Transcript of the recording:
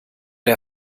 der